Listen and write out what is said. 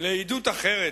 לעדות אחרת,